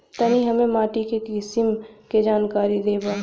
तनि हमें माटी के किसीम के जानकारी देबा?